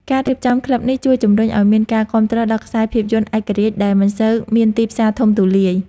ការរៀបចំក្លឹបនេះជួយជំរុញឱ្យមានការគាំទ្រដល់ខ្សែភាពយន្តឯករាជ្យដែលមិនសូវមានទីផ្សារធំទូលាយ។